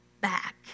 back